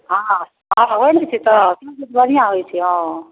हँ हँ होइ नहि छै तऽ सभकिछु बढ़िआँ होइ छै हँ